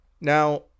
Now